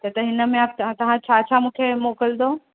त त हिन में तव्हां तव्हां छा छा मूंखे मोकिलंदो